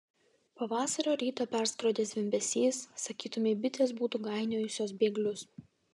pavasario rytą perskrodė zvimbesys sakytumei bitės būtų gainiojusios bėglius